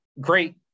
great